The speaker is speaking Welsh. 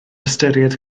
ystyried